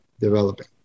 developing